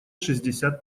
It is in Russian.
шестьдесят